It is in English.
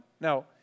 Now